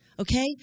Okay